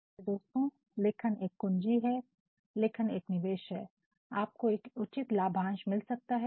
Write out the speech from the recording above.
मेरे प्यारे दोस्तों लेखन एक कुंजी है लेखन एक निवेश है आपको एक उचित लाभांश मिल सकता है